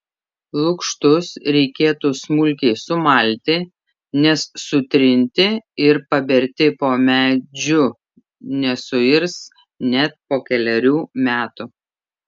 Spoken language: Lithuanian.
lukštus reikėtų smulkiai sumalti nes sutrinti ir paberti po medžiu nesuirs net po kelerių metų